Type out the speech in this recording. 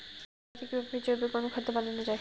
বাড়িতে কিভাবে জৈবিক অনুখাদ্য বানানো যায়?